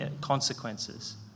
consequences